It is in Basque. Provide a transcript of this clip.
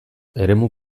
eremu